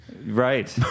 Right